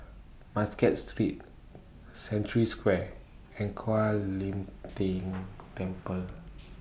Muscat Street Century Square and Kuan Im Tng Temple